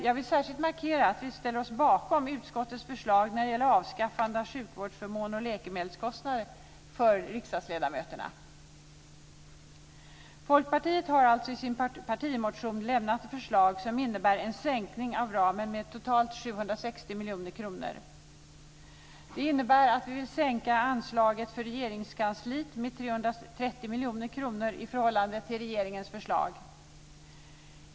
Jag vill särskilt markera att vi ställer oss bakom utskottets förslag när det gäller avskaffande av sjukvårdsförmåner och ersättning för läkemedelskostnader för riksdagsledamöterna. Folkpartiet har alltså i sin partimotion väckt förslag som innebär en sänkning av ramen med totalt 760 miljoner kronor. Det innebär att vi vill sänka anslaget till Regeringskansliet med 330 miljoner kronor i förhållande till regeringens förslag.